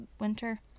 winter